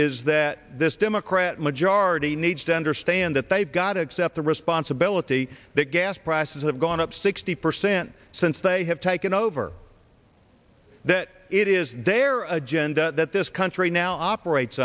is that this democrat majority needs to understand that they've got to accept the responsibility that gas prices have gone up sixty percent since they have taken over that it is their agenda that this country now operates